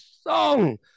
song